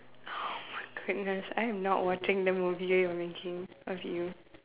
oh my goodness I am not watching the movie you're making of you